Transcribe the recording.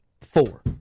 Four